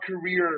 career